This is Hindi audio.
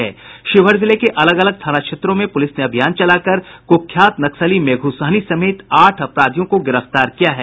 शिवहर जिले के अलग अलग थाना क्षेत्रों में पुलिस ने अभियान चलाकर कुख्यात नक्सली मेघू सहनी समेत आठ अपराधियों को गिरफ्तार किया है